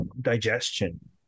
digestion